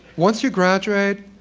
once you graduate,